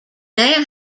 now